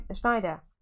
Schneider